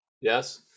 Yes